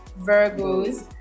Virgos